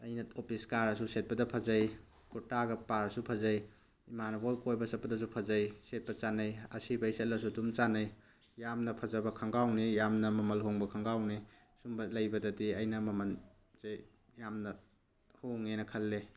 ꯑꯩꯅ ꯑꯣꯐꯤꯁ ꯀꯥꯔꯁꯨ ꯁꯦꯠꯄꯗ ꯐꯖꯩ ꯀꯨꯔꯇꯥꯒ ꯄꯥꯔꯁꯨ ꯐꯖꯩ ꯏꯃꯥꯟꯅꯕꯒ ꯀꯣꯏꯕ ꯆꯠꯄꯗꯁꯨ ꯐꯖꯩ ꯁꯦꯠꯄ ꯆꯥꯟꯅꯩ ꯑꯁꯤꯕꯒꯤ ꯆꯠꯂꯁꯨ ꯑꯗꯨꯝ ꯆꯥꯟꯅꯩ ꯌꯥꯝꯅ ꯐꯖꯕ ꯈꯣꯡꯒ꯭ꯔꯥꯎꯅꯦ ꯌꯥꯝꯅ ꯃꯃꯜ ꯍꯣꯡꯕ ꯈꯣꯡꯒ꯭ꯔꯥꯎꯅꯦ ꯁꯨꯝꯕ ꯂꯩꯕꯗꯗꯤ ꯑꯩꯅ ꯃꯃꯜꯁꯦ ꯌꯥꯝꯅ ꯍꯣꯡꯉꯦꯅ ꯈꯜꯂꯦ